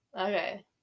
okay